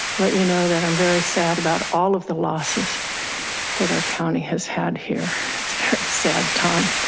let you know that i'm very sad about all of the losses that our county has had here. it's very sad time.